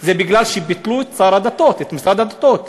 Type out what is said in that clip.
מפני שביטלו את שר הדתות, את משרד הדתות.